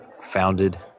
founded